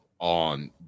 on